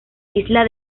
isla